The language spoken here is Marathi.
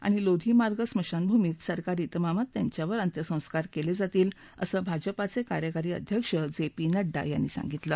आणि लोधी मार्ग स्मशानभूमीत सरकारी ब्रिमामात त्यांच्यावर अंत्यसंस्कार केले जातील असं भाजपाचे कार्यकारी अध्यक्ष जे पी नङ्डा यांनी सांगितलं